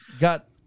got